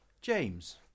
James